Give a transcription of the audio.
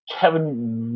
Kevin